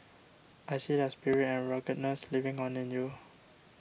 I see their spirit and ruggedness living on in you